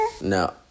No